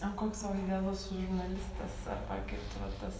o koks tavo idealus žurnalistas ar tokį tu va tas